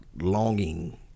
longing